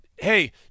Hey